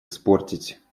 испортить